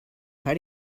how